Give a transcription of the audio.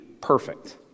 perfect